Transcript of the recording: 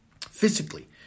physically